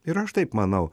ir aš taip manau